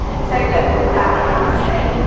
so, look, with that i have to say,